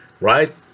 Right